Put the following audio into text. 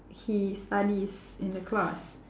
he studies in the class